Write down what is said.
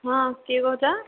ହଁ କିଏ କହୁଛ